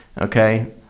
Okay